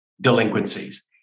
delinquencies